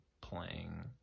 playing